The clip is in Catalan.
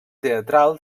teatral